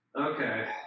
Okay